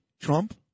Trump